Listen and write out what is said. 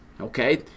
okay